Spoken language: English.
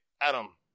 Adam